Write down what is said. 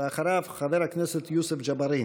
אחריו, חבר הכנסת יוסף ג'בארין.